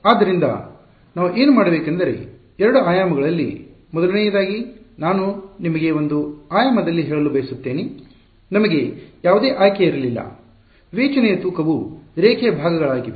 ಆದ್ದರಿಂದ ನಾವು ಏನು ಮಾಡಬೇಕೆಂದರೆ ಎರಡು ಆಯಾಮಗಳಲ್ಲಿ ಮೊದಲನೆಯದಾಗಿ ನಾನು ನಿಮಗೆ ಒಂದು ಆಯಾಮದಲ್ಲಿ ಹೇಳಲು ಬಯಸುತ್ತೇನೆ ನಮಗೆ ಯಾವುದೇ ಆಯ್ಕೆ ಇರಲಿಲ್ಲ ವಿವೇಚನೆಯ ತೂಕವು ರೇಖೆಯ ಭಾಗಗಳಾಗಿವೆ